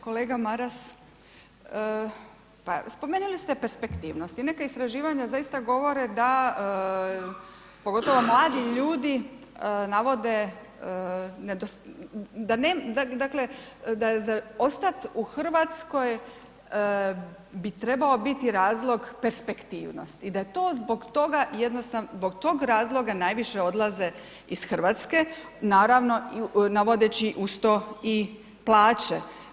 Kolega Maras, pa spomenuli ste perspektivnosti, neka istraživanja zaista govore da pogotovo mladi ljudi navode nedostatak, da dakle da za ostat u Hrvatskoj bi trebao biti razlog perspektivnosti i da to zbog toga jednostavno, zbog tog razloga najviše odlaze iz Hrvatske naravno navodeći uz to i plaće.